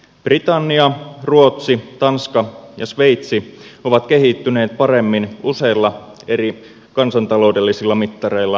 britannia ruotsi tanska ja sveitsi ovat kehittyneet paremmin useilla eri kansantaloudellisilla mittareilla ilman euroa